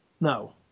no